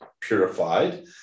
purified